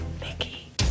Mickey